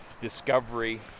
discovery